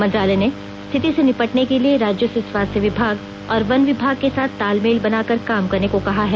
मंत्रालय ने स्थिति से निपटने के लिए राज्यों से स्वास्थ्य विभाग और वन विभाग के साथ तालमेल बना कर काम करने को कहा है